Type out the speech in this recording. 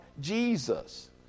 Jesus